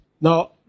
Now